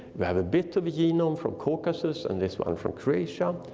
we have a bit of a genome from caucasus and this one from croatia.